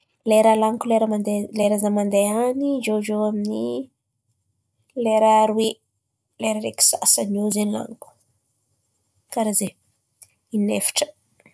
Lera lan̈iko lera mandeha lera izaho mandeha any eo ho eo amin'ny lera aroe, lera araiky sy sasany eo zen̈y laniko, kàra zen̈y, in'efatra.